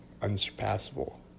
unsurpassable